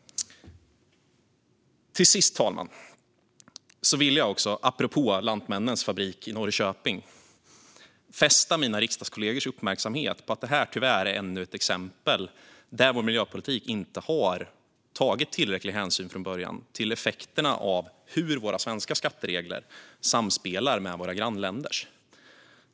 Fru talman! Apropå Lantmännens fabrik i Norrköping vill jag fästa mina riksdagskollegors uppmärksamhet på att det här tyvärr är ännu ett exempel där vår miljöpolitik från början inte har tagit tillräcklig hänsyn till effekterna av hur våra svenska skatteregler samspelar med våra grannländers.